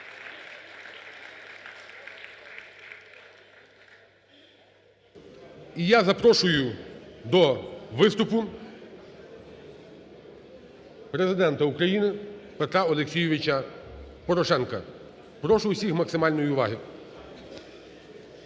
я запрошую до виступу Президента України Петра Олексійовича Порошенка. Прошу у всіх максимальної уваги.